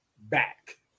back